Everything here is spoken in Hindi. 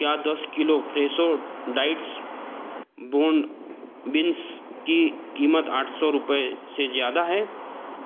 क्या दस किलो फ़्रेसो डाइटस बोर्न बिन्स की क़ीमत आठ सौ रुपए से ज़्यादा है